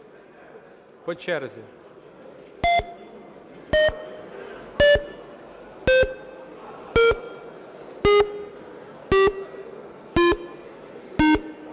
По черзі.